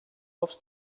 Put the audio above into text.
loves